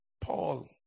Paul